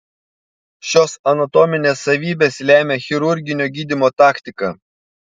šios anatominės savybės lemia chirurginio gydymo taktiką